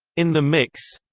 in the mix